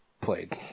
played